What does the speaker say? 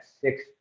six